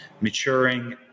maturing